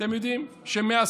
אתם יודעים שמאז,